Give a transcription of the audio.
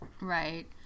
Right